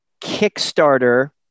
Kickstarter